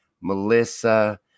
Melissa